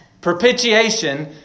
Propitiation